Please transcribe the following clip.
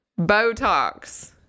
Botox